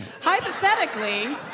Hypothetically